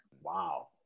Wow